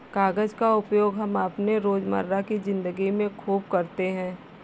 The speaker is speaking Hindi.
कागज का उपयोग हम अपने रोजमर्रा की जिंदगी में खूब करते हैं